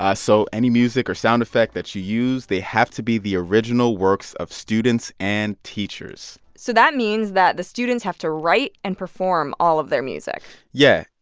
ah so any music or sound effect that you use, they have to be the original works of students and teachers so that means that the students have to write and perform all of their music yeah.